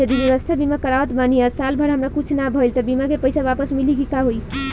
जदि स्वास्थ्य बीमा करावत बानी आ साल भर हमरा कुछ ना भइल त बीमा के पईसा वापस मिली की का होई?